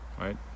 right